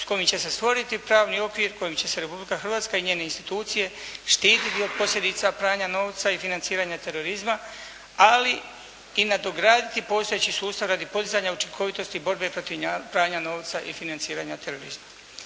s kojim će se stvoriti pravni okvir kojim će se Republika Hrvatska i njene institucije štititi od posljedica pranja novca i financiranja terorizma ali i nadograditi postojeći sustav radi postizanja učinkovitosti borbe protiv pranja novca i financiranja terorista.